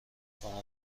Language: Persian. کنم